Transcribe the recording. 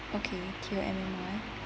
okay T O M M Y